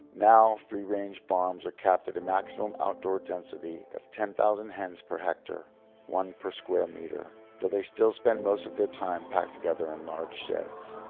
now, free range farms are capped at a maximum outdoor density of ten thousand hens per hectare one per square metre though they still spend most of their time packed together in large sheds.